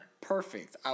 Perfect